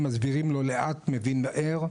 מסבירים לו לאט מבין מהר,